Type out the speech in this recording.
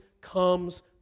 comes